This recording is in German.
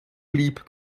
blieb